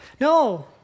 No